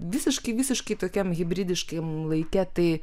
visiškai visiškai tokiam hibridiškam laike tai